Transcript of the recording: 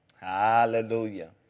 Hallelujah